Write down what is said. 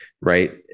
Right